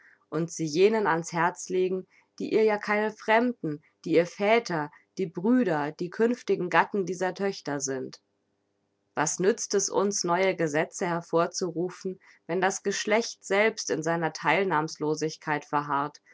und sie jenen an's herz legen die ihr ja keine fremden die die väter die brüder die künftigen gatten dieser töchter sind was nützt es uns neue gesetze hervorzurufen wenn das geschlecht selbst in seiner theilnahmlosigkeit verharrt